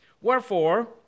Wherefore